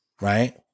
Right